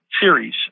series